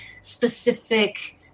specific